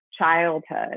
childhood